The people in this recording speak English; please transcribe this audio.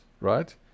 right